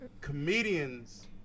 comedians